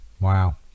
Wow